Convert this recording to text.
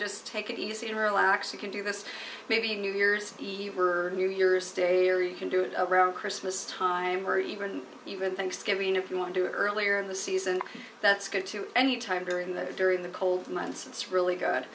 just take it easy and relax you can do this maybe new year's eve or new year's day or you can do it around christmas time or even even thanksgiving if you want to earlier in the season that's good too any time during the during the cold months it's really good